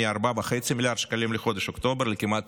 מ-4.5 מיליארד שקלים לחודש אוקטובר לכמעט